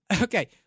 okay